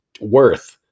worth